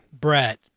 Brett